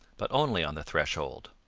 but only on the threshold.